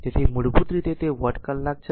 તેથી મૂળભૂત રીતે તે વોટ કલાક છે